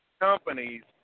companies